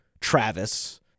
Travis